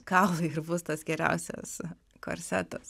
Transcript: kaulai ir bus tas geriausias korsetas